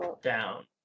down